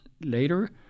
later